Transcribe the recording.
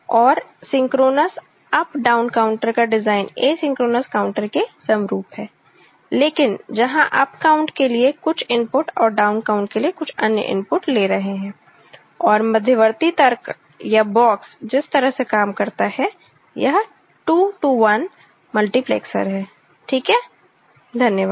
और synchronous up down counter का design asynchronous counter के समरूप है लेकिन जहां अप काउंट के लिए कुछ इनपुट और डाउन काउंट के लिए कुछ अन्य इनपुट ले रहे हैं और मध्यवर्ती तर्क या बॉक्स जिस तरह से काम करता है 2 टू 1 मल्टीप्लेक्सर है ठीक है धन्यवाद